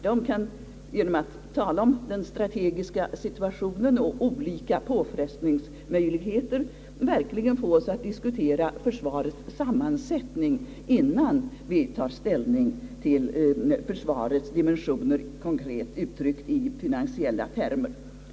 De kan ge nom att tala om den strategiska situationen och olika påfrestningsmöjligheter verkligen få oss att diskutera försvarets sammansättning innan vi tar ställning till försvarets dimensioner, konkret uttryckt i finansiella termer.